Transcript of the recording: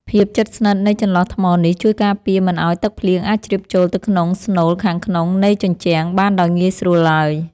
ភាពជិតស្និទ្ធនៃចន្លោះថ្មនេះជួយការពារមិនឱ្យទឹកភ្លៀងអាចជ្រាបចូលទៅក្នុងស្នូលខាងក្នុងនៃជញ្ជាំងបានដោយងាយស្រួលឡើយ។